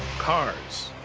cars,